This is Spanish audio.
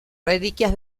reliquias